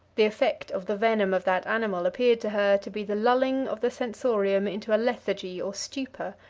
the effect of the venom of that animal appeared to her to be the lulling of the sensorium into a lethargy or stupor,